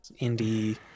indie